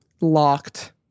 locked